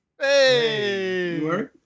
Hey